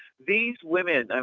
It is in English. these women,